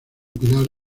pilar